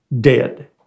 dead